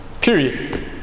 Period